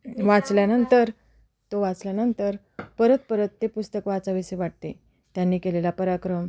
वाचल्यानंतर तो वाचल्यानंतर परत परत ते पुस्तक वाचावेसे वाटते त्यांनी केलेला पराक्रम